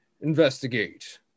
investigate